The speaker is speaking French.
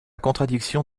contradiction